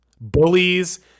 bullies